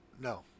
No